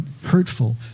hurtful